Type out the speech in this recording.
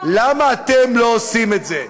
למה לא עושים את זה?